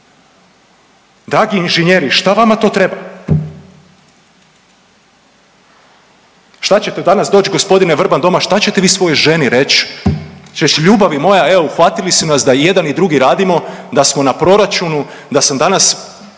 Dragi inženjeri šta vama to treba? Šta ćete danas doći gospodine Vrban doma šta ćete vi svojoj ženi reći? Ćeš ljubavi moja evo uhvatili su nas da i jedan i drugi radimo da smo na proračunu, da sam danas